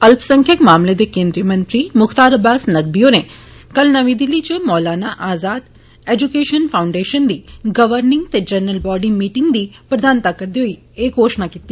अल्पसंख्यक मामलें दे केन्द्री मंत्री म्ख्तार अब्बास नक्वी होरें कल नर्मी दिल्ली च मौलाना आजाद एज्केशन फाउंडेशन दी गवर्निंग ते जनरल बाडी मीटिंगें दी प्रधानता करदे होई एह घोषणा कीती